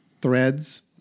Threads